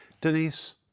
Denise